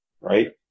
right